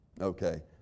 Okay